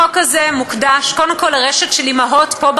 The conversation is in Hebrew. החוק הזה מוקדש קודם כול לרשת של אימהות פה,